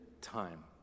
time